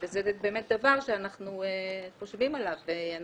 וזה באמת דבר שאנחנו חושבים עליו.